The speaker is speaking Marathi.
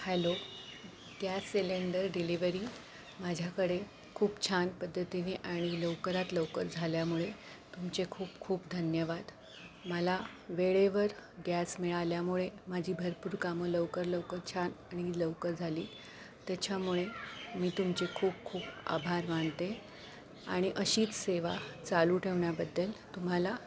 हॅलो गॅस सिलेंडर डिलेवरी माझ्याकडे खूप छान पद्धतीने आणि लवकरात लवकर झाल्यामुळे तुमचे खूप खूप धन्यवाद मला वेळेवर गॅस मिळाल्यामुळे माझी भरपूर कामं लवकर लवकर छान आणि लवकर झाली त्याच्यामुळे मी तुमचे खूप खूप आभार मानते आणि अशीच सेवा चालू ठेवण्याबद्दल तुम्हाला